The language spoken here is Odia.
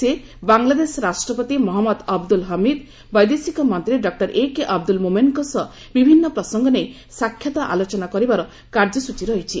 ସେ ବାଂଲାଦେଶ ରାଷ୍ଟ୍ରପତି ମହମ୍ମଦ ଅବଦୁଲ ହମିଦ୍ ବୈଦେଶିକ ମନ୍ତ୍ରୀ ଡକୁର ଏକେ ଅବଦୁଲ ମୋମେନଙ୍କ ସହ ବିଭିନ୍ନ ପ୍ରସଙ୍ଗ ନେଇ ସାକ୍ଷାତ ଆଲୋଚନା କରିବାର କାର୍ଯ୍ୟସ୍କଚୀ ରହିଛି